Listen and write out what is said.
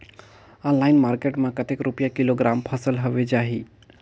Online market मां कतेक रुपिया किलोग्राम फसल हवे जाही?